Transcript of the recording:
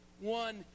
One